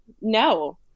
No